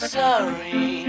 sorry